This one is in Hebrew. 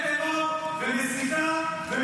תודה.